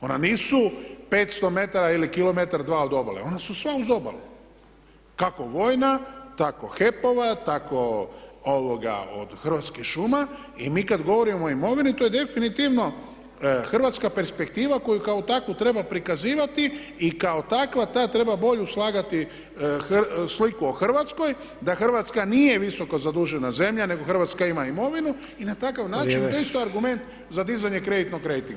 Ona nisu 500 m ili kilometar, dva od obale, ona su sva uz obalu, kako vojna, tako HEP-ova, tako od Hrvatskih šuma i mi kad govorimo o imovini, to je definitivno hrvatska perspektiva koju kao takvu treba prikazivati i kao takva ta treba bolju slagati sliku o Hrvatskoj, da Hrvatska nije visoko zadužena zemlja nego Hrvatska ima imovinu i na takav način, to je isto argument za dizanje kreditnog rejtinga.